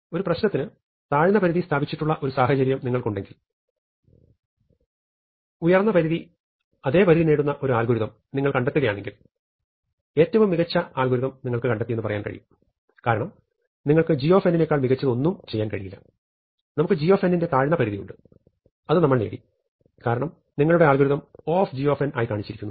ഒരു പ്രശ്നത്തിന് താഴ്ന്നപരിധി സ്ഥാപിച്ചിട്ടുള്ള ഒരു സാഹചര്യം നിങ്ങൾക്കുണ്ടെങ്കിൽ അപ്പർ ബൌണ്ടിന്റെ അതേ പരിധി നേടുന്ന ഒരു അൽഗോരിതം നിങ്ങൾ കണ്ടെത്തുകയാണെങ്കിൽ ഏറ്റവും മികച്ച അൽഗോരിതം നിങ്ങൾ കണ്ടെത്തിയെന്ന് പറയാം കാരണം നിങ്ങൾക്ക് g നേക്കാൾ മികച്ചത് ഒന്നും ചെയ്യാൻ കഴിയില്ല നമുക്ക് gന്റെ താഴ്ന്നപരിധി ഉണ്ട് അത് നമ്മൾ നേടി കാരണം നിങ്ങളുടെ അൽഗോരിതം Og ആയി കാണിച്ചിരിക്കുന്നു